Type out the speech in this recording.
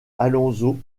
alonso